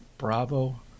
Bravo